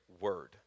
word